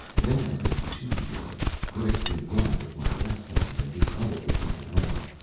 then i made two rings, grasping one with my left hand and the other with my right